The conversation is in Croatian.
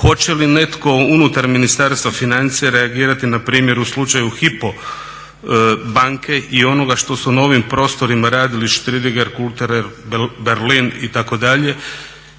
Hoće li netko unutar Ministarstva financija reagirati na primjer u slučaju Hypo banke i onoga što su na ovim prostorima radili Striedinger, Kulterer, Berlin itd.